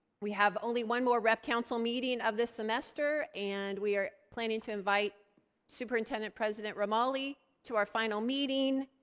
we have only one more rep council meeting of this semester. and we are planning to invite superintendent president romali to our final meeting.